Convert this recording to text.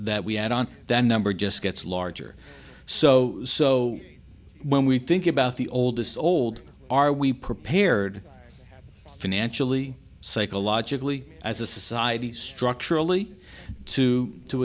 that we add on that number just gets larger so so when we think about the oldest old are we prepared financially psychologically as a society structurally to to